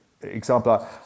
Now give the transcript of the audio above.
example